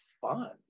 fun